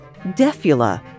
Defula